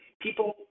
people